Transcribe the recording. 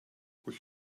would